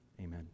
amen